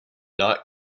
not